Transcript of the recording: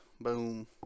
Boom